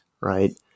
right